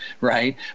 right